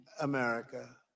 America